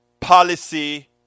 Policy